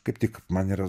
kaip tik man yra